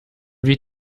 wie